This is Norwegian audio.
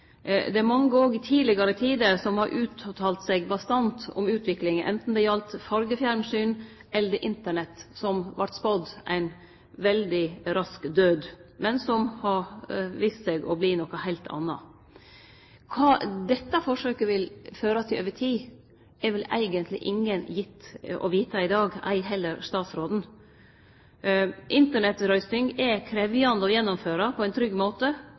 Det er mange òg i tidlegare tider som har uttalt seg bastant om utviklinga, anten det galdt fargefjernsyn eller Internett, som vart spådd ein veldig rask død, men som har vist seg å verte noko heilt anna. Kva dette forsøket vil føre til over tid, er vel eigentleg ingen gitt å vite i dag – ei heller statsråden. Internett-røysting er krevjande å gjennomføre på ein trygg måte.